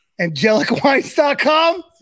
AngelicWines.com